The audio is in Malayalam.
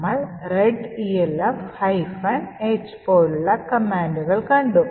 നമ്മൾ readelf H പോലുള്ള കമാൻഡുകൾ കണ്ടു